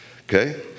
okay